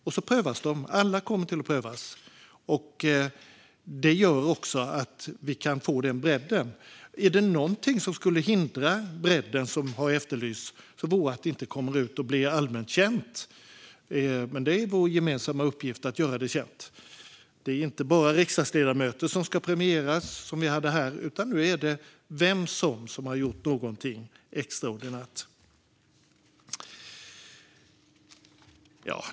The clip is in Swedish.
Och så prövas de - alla kommer att prövas. Det gör att vi kan få bredden. Är det något som skulle hindra den bredd som efterlysts vore det att detta inte kommer ut och blir allmänt känt. Det är vår gemensamma uppgift att göra det känt. Det är inte bara riksdagsledamöter som ska premieras, som skedde här, utan vem som helst som har gjort något extraordinärt.